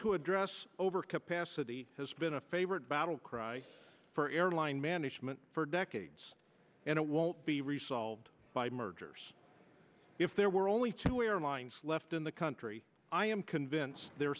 to address overcapacity has been a favorite battle cry for airline management for decades and it won't be resolved by mergers if there were only two airlines left in the country i am convinced the